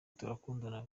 turakundana